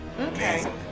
Okay